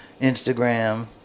Instagram